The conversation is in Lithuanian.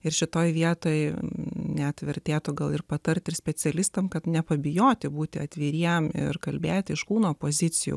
ir šitoje vietoj net vertėtų gal ir patarti ir specialistams kad nepabijoti būti atviriems ir kalbėti iš kūno pozicijų